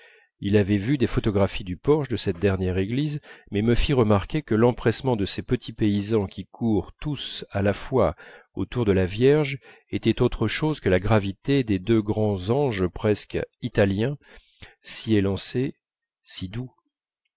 il avait vu des photographies du porche de cette dernière église mais me fit remarquer que l'empressement de ces petits paysans qui courent tous à la fois autour de la vierge était autre chose que la gravité des deux grands anges presque italiens si élancés si doux